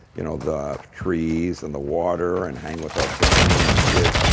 you know, the trees, and the water, and hang with our family and our kids,